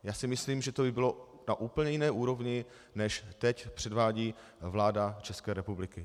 Já si myslím, že to by bylo na úplně jiné úrovni, než teď předvádí vláda České republiky.